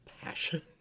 passion